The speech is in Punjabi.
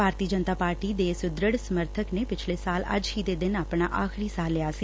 ਭਾਰਤੀ ਜਨਤਾ ਪਾਰਟੀ ਦੇ ਇਸ ਦ੍ਰਿੜ ਸਮਰਥਕ ਨੇ ਪਿਛਲੇ ਸਾਲ ਅੱਜ ਦੇ ਦਿਨ ਆਪਣਾ ਆਖਰੀ ਸਾਹ ਲਿਆ ਸੀ